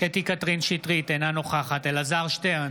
קטי קטרין שטרית, אינה נוכחת אלעזר שטרן,